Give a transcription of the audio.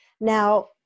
Now